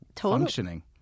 functioning